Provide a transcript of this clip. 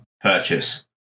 purchase